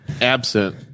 absent